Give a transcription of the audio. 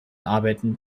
arbeiten